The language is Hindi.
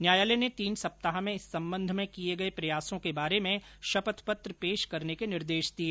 न्यायालय ने तीन सप्ताह में इस संबंध में किए गए प्रयासों के बारे में शपथ पत्र पेश करने के निर्देश दिए